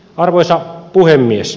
arvoisa puhemies